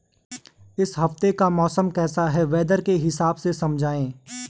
इस हफ्ते का मौसम कैसा है वेदर के हिसाब से समझाइए?